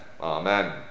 Amen